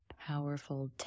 powerful